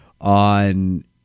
on